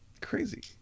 crazy